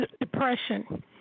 depression